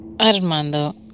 Armando